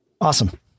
awesome